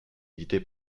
édité